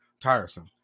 Tiresome